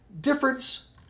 difference